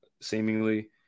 seemingly